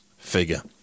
Figure